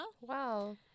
Wow